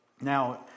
Now